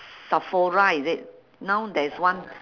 sephora is it now there's one